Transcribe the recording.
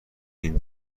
این